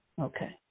okay